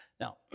Now